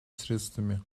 средствами